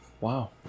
Wow